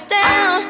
down